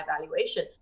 valuation